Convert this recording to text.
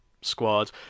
squad